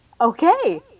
okay